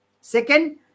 Second